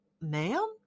Ma'am